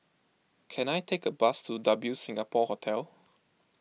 can I take a bus to W Singapore Hotel